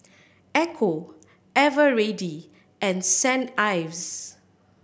Ecco Eveready and Saint Ives